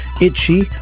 itchy